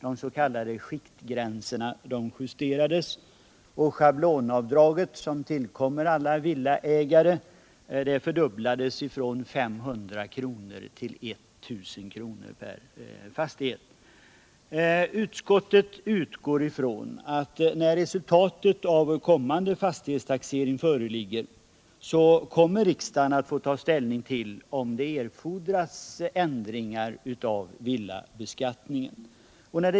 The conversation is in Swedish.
De s.k. skiktgränserna justerades och schablonavdraget, som tillkommer alla villaägare, fördubblades från 500 till 1000 kr. per fastighet. Utskottet utgår ifrån att riksdagen, när resultatet av kommande fastighetstaxering föreligger, kommer att få ta ställning till om det erfordras ändringar av villabeskattningen.